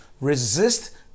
resist